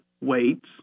weights